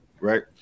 Right